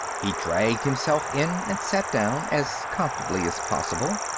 he dragged himself in and sat down, as comfortably as possible.